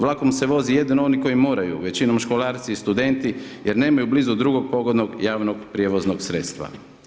Vlakom se vozi jedino oni koji moraju, većinom školarci i studenti, jer nemaju blizu drugog pogona javnog prijevoznog sredstva.